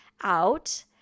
out